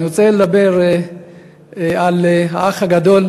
אני רוצה לדבר על "האח הגדול",